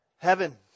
Heaven